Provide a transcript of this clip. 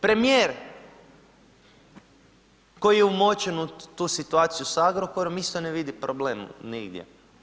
Premijer koji je umočen u tu situaciju sa Agrokorom isto ne vidi problem nigdje.